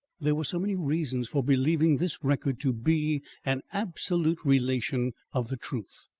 there were so many reasons for believing this record to be an absolute relation of the truth.